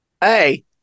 Hey